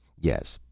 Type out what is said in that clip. yes,